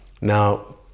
now